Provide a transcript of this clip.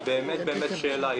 היא באמת שאלה,